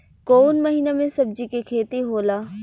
कोउन महीना में सब्जि के खेती होला?